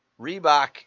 Reebok